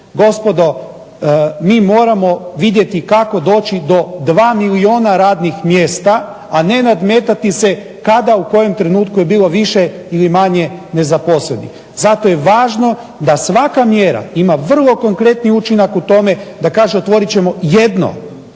Gospodo, mi moramo vidjeti kako doći do 2 milijuna radnih mjesta, a ne nadmetati se kada u kojem trenutku je bilo više ili manje nezaposlenih. Zato je važno da svaka mjera ima vrlo konkretni učinak u tome da kaže otvorit ćemo jedno